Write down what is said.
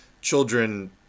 Children